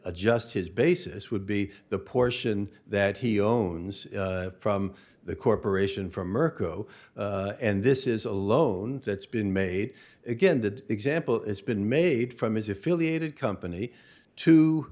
adjust his basis would be the portion that he owns from the corporation for mirko and this is a loan that's been made again that example it's been made from is affiliated company to